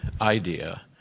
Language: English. idea